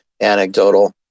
anecdotal